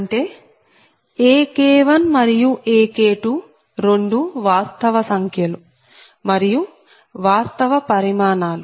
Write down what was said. అంటే AK1 మరియు AK2 రెండూ వాస్తవ సంఖ్యలు మరియు వాస్తవ పరిమాణాలు